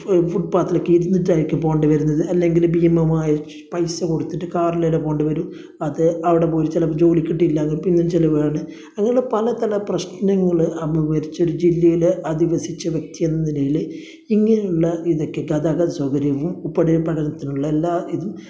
ഈ ഫുട് പാത്തിലൊക്കെ ഇരുന്നിട്ടായിരിക്കും പോകേണ്ടി വരുന്നത് അല്ലെങ്കില് ഭീമമായ പൈസ കൊടുത്തിട്ട് കാറിലെല്ലാം പോകേണ്ടി വരും അത് അവിടെ പോയി ചിലപ്പോൾ ജോലി കിട്ടിയിട്ടില്ല എന്ന് വരും പിന്നേയും ചിലവാണ് അങ്ങയുള്ള പലപല പ്രശ്നങ്ങള് അഭിമുഖീകരിച്ച് ഒരു ജില്ലയില് അധിവസിച്ച വ്യക്തിയെന്ന നിലയില് ഇങ്ങനെയുള്ള ഇതെക്കെ ഗതാഗത സൗകര്യവും ഉപരി പഠനത്തിനുള്ള എല്ലാ ഇതും